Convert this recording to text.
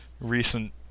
recent